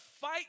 fight